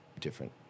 different